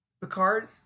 Picard